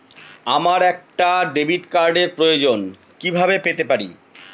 আমার একটা ডেবিট কার্ডের প্রয়োজন কিভাবে পেতে পারি?